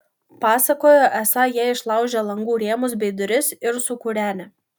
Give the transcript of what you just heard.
pasakojo esą jie išlaužę langų rėmus bei duris ir sukūrenę